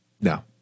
no